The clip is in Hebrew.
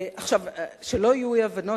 שלא יהיו אי-הבנות.